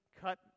cut